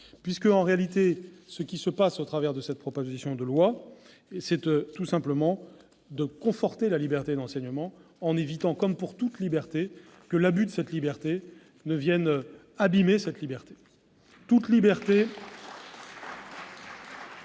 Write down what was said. visé. En réalité, il est question, au travers de cette proposition de loi, de conforter la liberté d'enseignement, en évitant, comme pour toute liberté, que l'abus de cette liberté ne vienne abîmer cette liberté. Toute liberté,